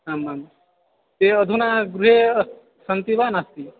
आम् आम् ते अधुना गृहे अस्ति सन्ति वा नास्ति